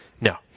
No